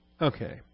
Okay